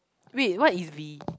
wait what is V